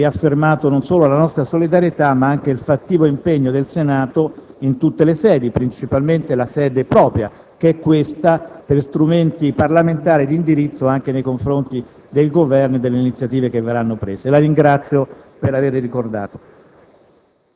ho riaffermato non solo la nostra solidarietà, ma anche il fattivo impegno del Senato in tutte le sedi, principalmente nella sede propria che è questa, per strumenti parlamentari di indirizzo anche nei confronti del Governo per le iniziative che verranno assunte. La ringrazio, dunque, per averlo ricordato.